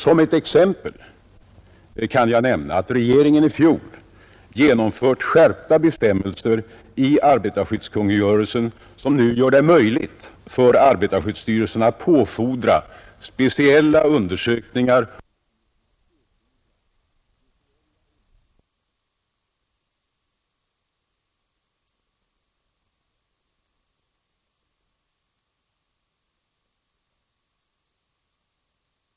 Som exempel kan jag nämna att regeringen i fjol genomfört skärpta bestämmelser i arbetarskyddskungörelsen, som nu gör det möjligt för arbetarskyddsstyrelsen att påfordra speciella undersökningar av luftföroreningshalten på arbetsplats. Undersökningarna skall på arbetsgivarens bekostnad kunna utföras på sådana arbetsställen där luftförhållandena kan antas medföra särskilda risker för arbetstagarnas hälsa. Herr talman!